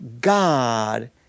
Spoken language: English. God